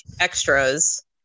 extras